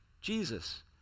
Jesus